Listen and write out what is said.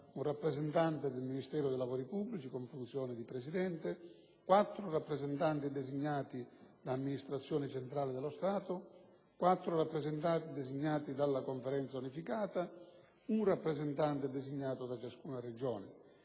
un rappresentante del Ministero dei lavori pubblici, con funzione di Presidente; quattro rappresentanti designati da amministrazioni centrali dello Stato; quattro rappresentanti designati dalla Conferenza unificata; un rappresentante designato da ciascuna Regione.